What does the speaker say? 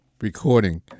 recording